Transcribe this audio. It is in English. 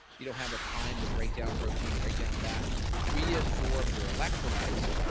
you don't have the time to break down protein breakdown back, reabsorb your electrolytes.